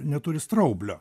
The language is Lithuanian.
neturi straublio